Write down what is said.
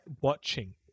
watching